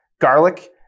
garlic